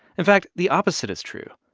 in fact, the opposite is true.